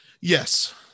Yes